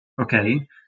Okay